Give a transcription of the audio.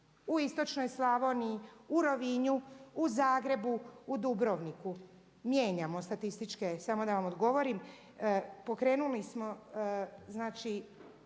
u istočnoj Slavoniji, u Rovinju, u Zagrebu, u Dubrovniku. Mijenjamo statističke, samo da vam odgovorim, pokrenuli smo